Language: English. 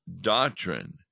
doctrine